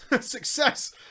Success